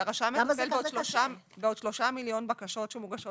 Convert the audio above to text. כי הרשם מטפל בעוד 3 מיליון בקשות שמוגשות